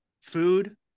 food